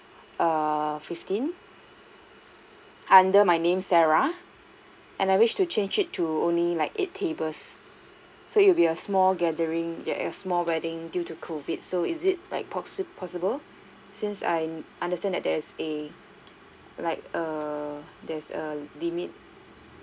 err fifteen under my name sarah and I wish to change it to only like eight tables so it will be a small gathering a a small wedding due to COVID so is it like possi~ possible since I understand there's a like err there's a limit